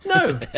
No